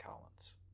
collins